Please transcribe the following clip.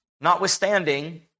Notwithstanding